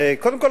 קודם כול,